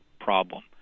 problem